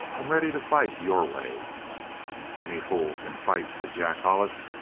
i'm ready to fight your way any fool can fight says jack hollis.